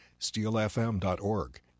SteelFM.org